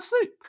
Soup